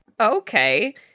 okay